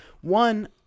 One